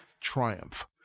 triumph